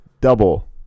double